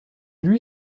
lui